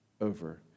over